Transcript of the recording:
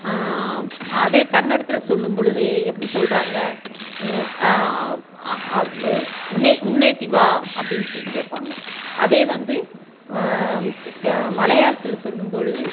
அதே கன்னடத்தில் சொல்லும்பொழுது எப்படி சொல்கிறாங்க உண்ணே உண்ணேத்திவா அப்படின் சொல்லி கேட்பாங்க அதே வந்து கி க மலையாளத்தில் சொல்லும்பொழுது